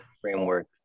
framework